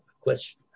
question